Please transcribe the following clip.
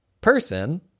person